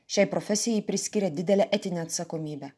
šiai profesijai ji priskiria didelę etinę atsakomybę